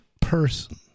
person